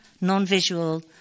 non-visual